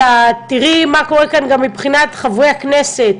תראי מה קורה כאן גם מבחינת חברי הכנסת